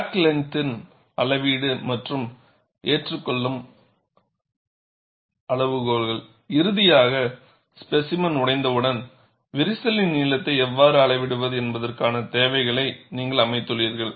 crack லெந்தின் அளவீடு மற்றும் ஏற்றுகொள்ளும் அளவுகோள்கள் இறுதியாக ஸ்பேசிமென் உடைந்தவுடன் விரிசலின் நீளத்தை எவ்வாறு அளவிடுவது என்பதற்கான தேவைகளை நீங்கள் அமைத்துள்ளீர்கள்